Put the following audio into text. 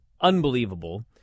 unbelievable